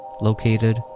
located